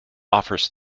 offers